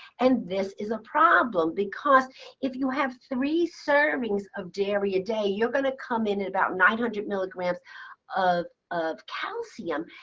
and this is a problem because if you have three servings of dairy a day, you're going to come in about nine hundred milligrams of of calcium.